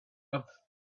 off